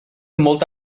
molta